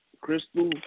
Crystal